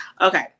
okay